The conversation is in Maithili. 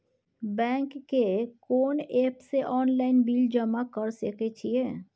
बैंक के कोन एप से ऑनलाइन बिल जमा कर सके छिए?